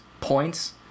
points